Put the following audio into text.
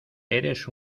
eres